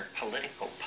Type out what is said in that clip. political